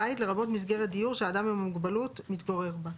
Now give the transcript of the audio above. "בית" לרבות מסגרת דיור שהאדם עם המוגבלות מתגורר בה,